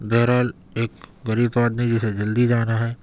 بہرحال ایک غریب آدمی جسے جلدی جانا ہے